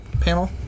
panel